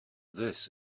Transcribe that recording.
this